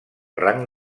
rang